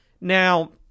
Now